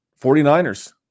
49ers